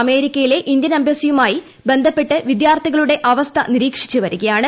അമേരിക്കയിലെ ഇന്ത്യൻ എംബ്ലസീയുമായി ബന്ധപ്പെട്ട് വിദ്യാർത്ഥികളുടെ അവസ്ഥ നീരീക്ഷിച്ച് വരികയാണ്